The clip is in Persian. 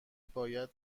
باید